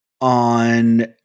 On